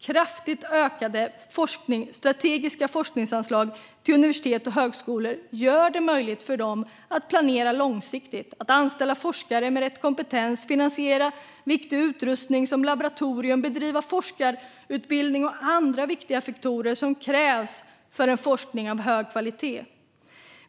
Kraftigt ökade strategiska forskningsanslag till universitet och högskolor gör det möjligt för dem att planera långsiktigt, anställa forskare med rätt kompetens, finansiera viktig utrustning som laboratorier och bedriva forskarutbildning och andra viktiga faktorer som krävs för en forskning av hög kvalitet.